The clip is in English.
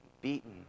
beaten